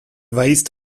weist